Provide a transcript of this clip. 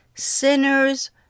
Sinners